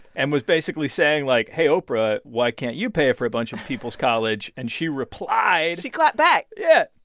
and was basically saying like, hey, oprah. why can't you pay for a bunch of people's college? and she replied she clapped back yeah.